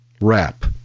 wrap